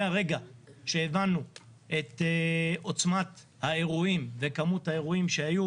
מהרגע שהבנו את עוצמת האירועים וכמות האירועים שהיו,